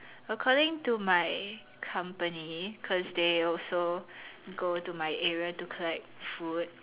according to my company cause they also go to my area to collect food